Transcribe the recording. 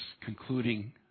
concluding